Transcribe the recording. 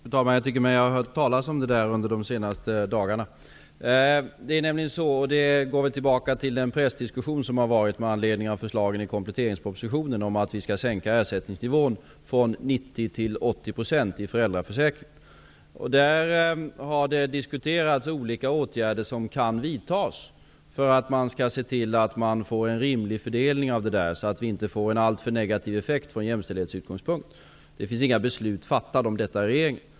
Fru talman! Jag tycker mig ha hört talas om det här under de senaste dagarna. Detta härrör sig väl till den pressdiskussion som har förts med anledning av förslagen i kompletteringspropositionen om en sänkning av ersättningsnivån i föräldraförsäkringen från 90 % Det har diskuterats olika åtgärder som kan vidtas för att fördelningen av detta skall bli rimlig, så att det inte från jämställdhetsutgångspunkt blir en alltför negativ effekt. Regeringen har inte fattat några beslut om detta.